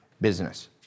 business